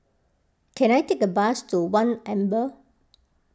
can I take a bus to one Amber